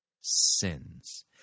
sins